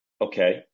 okay